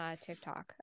TikTok